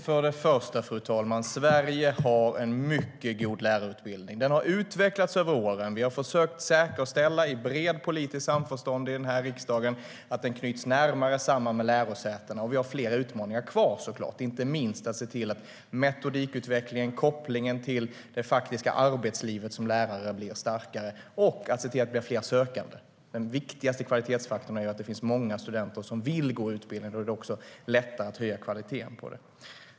Fru talman! För det första: Sverige har en mycket god lärarutbildning. Den har utvecklats genom åren. Vi har i brett politiskt samförstånd i den här riksdagen försökt säkerställa att den knyts närmare samman med lärosätena. Vi har såklart flera utmaningar kvar, inte minst att se till att metodikutvecklingen och kopplingen till det faktiska arbetslivet som lärare blir starkare - och att det blir fler sökande. Den viktigaste kvalitetsfaktorn är ju att det finns många studenter som vill gå utbildningen. Då är det också lättare att höja kvaliteten på den.